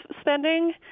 spending